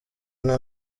nta